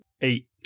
Eight